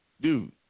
Dude